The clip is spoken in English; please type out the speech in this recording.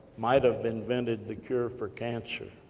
might have invented the cure for cancer.